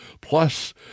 plus